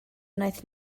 wnaeth